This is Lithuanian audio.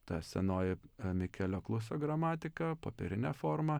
ta senoji mikelio klusio gramatika popierine forma